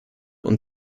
und